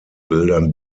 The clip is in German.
bildern